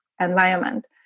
environment